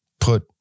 put